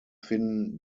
finden